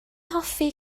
hoffi